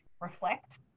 reflect